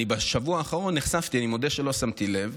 בשבוע האחרון נחשפתי, אני מודה שלא שמתי לב,